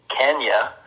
Kenya